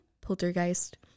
Poltergeist